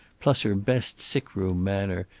plus her best sick-room manner,